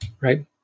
Right